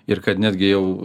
ir kad netgi jau